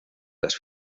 las